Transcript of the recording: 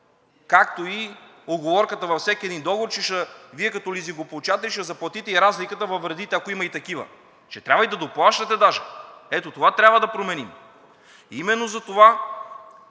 както и уговорката във всеки един договор, че Вие като лизингополучатели ще заплатите и разликата във вредите, ако има и такива. Ще трябва и да доплащате даже. Ето това трябва да променим. Именно затова